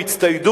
מפעלים,